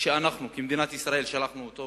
שאנחנו כמדינת ישראל שלחנו אותו,